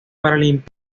paralímpico